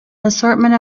assortment